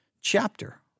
chapter